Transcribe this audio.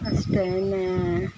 ಅಷ್ಟೇ ಇನ್ನು